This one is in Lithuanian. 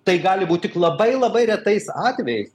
tai gali būt tik labai labai retais atvejais